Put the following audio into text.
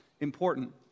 important